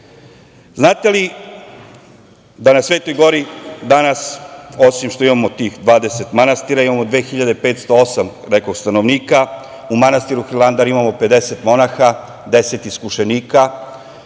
znate da na Svetoj Gori danas, osim što imamo tih 20 manastira, imamo 2.508, rekoh, stanovnika, u manastiru Hilandar imamo 50 monaha, 10 iskušenika?